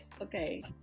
okay